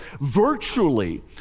Virtually